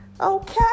okay